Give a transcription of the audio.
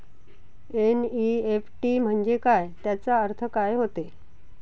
NEFT म्हंजे काय, त्याचा अर्थ काय होते?